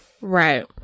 Right